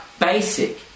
Basic